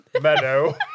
meadow